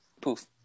poof